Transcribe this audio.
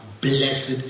blessed